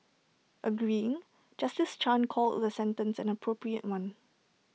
agreeing justice chan called the sentence an appropriate one